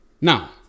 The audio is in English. Now